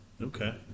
Okay